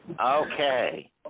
Okay